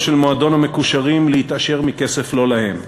של מועדון המקושרים להתעשר מכסף לא להם.